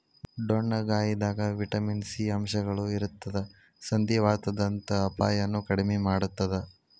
ಡೊಣ್ಣಗಾಯಿದಾಗ vitamin C ಅಂಶಗಳು ಇರತ್ತದ ಸಂಧಿವಾತದಂತ ಅಪಾಯನು ಕಡಿಮಿ ಮಾಡತ್ತದ